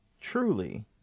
truly